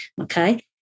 Okay